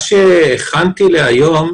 מה שהכנתי היום,